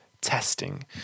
testing